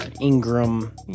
Ingram